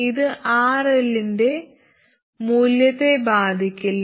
ഇത് RL ന്റെ മൂല്യത്തെ ബാധിക്കില്ല